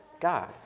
God